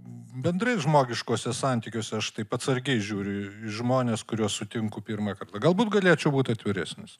bendrai žmogiškuose santykiuose aš taip atsargiai žiūriu į žmones kuriuos sutinku pirmą kartą galbūt galėčiau būti atviresnis